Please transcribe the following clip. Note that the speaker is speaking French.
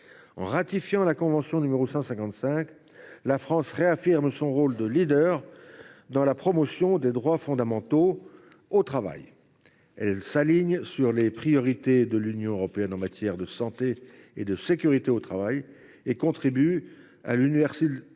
stratégique. Ce faisant, la France réaffirmera son rôle de leader dans la promotion des droits fondamentaux au travail. Elle s’alignera sur les priorités de l’Union européenne en matière de santé et de sécurité au travail et contribuera à l’universalisation